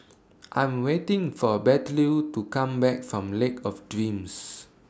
I'm waiting For Bettylou to Come Back from Lake of Dreams